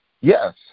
Yes